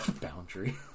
Boundary